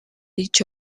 each